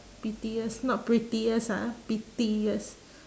pettiest not prettiest ah pettiest